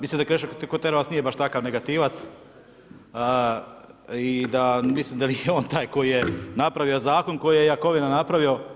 Mislim da Krešo Kuterovac nije baš takav negativac i da mislim da nije on taj koji je napravio zakon koji je Jakovina napravio.